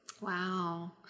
Wow